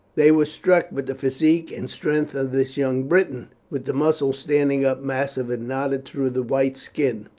they were struck with the physique and strength of this young briton, with the muscles standing up massive and knotted through the white skin.